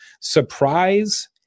surprise